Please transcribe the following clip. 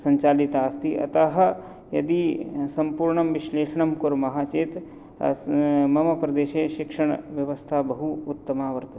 सञ्चालिता अस्ति अतः यदि सम्पूर्णं विश्लेषणं कुर्मः चेत् अस् मम प्रदेशे शिक्षणव्यवस्था बहु उत्तमा वर्तते